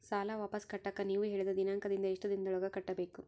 ಸಾಲ ವಾಪಸ್ ಕಟ್ಟಕ ನೇವು ಹೇಳಿದ ದಿನಾಂಕದಿಂದ ಎಷ್ಟು ದಿನದೊಳಗ ಕಟ್ಟಬೇಕು?